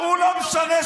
רולקס,